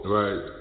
right